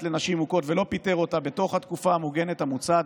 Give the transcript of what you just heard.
לנשים מוכות ולא פיטר אותה בתוך התקופה המוגנת המוצעת